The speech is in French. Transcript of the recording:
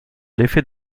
l’effet